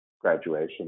graduation